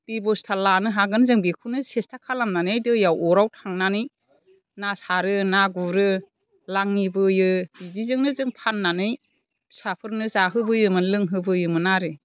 बेब'स्था लानो हागोन जों बेखौनो सेस्ता खालामनानै दैयाव अराव थांनानै ना सारो ना गुरो लाङि बोयो बिदिजोंनो जों फाननानै फिसाफोरनो जाहोबोयोमोन लोंहोबोयोमोन आरो